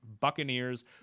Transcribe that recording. Buccaneers